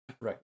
Right